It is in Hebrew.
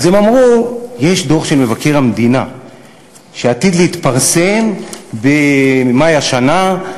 אז הם אמרו: יש דוח של מבקר המדינה שעתיד להתפרסם במאי השנה,